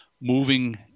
moving